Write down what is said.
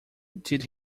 did